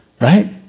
right